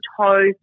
toast